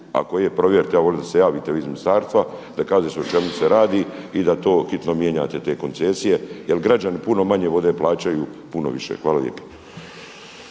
ako je provjerite, ja bih volio da se javite vi iz ministarstva, da kažete o čemu se radi i da to hitno mijenjate te koncesije jel građani puno manje vode plaćaju puno više. Hvala lijepo.